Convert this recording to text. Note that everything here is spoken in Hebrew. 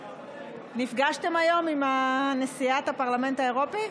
נפגשתם היום עם נשיאת הפרלמנט האירופי?